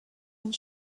and